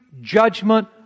judgment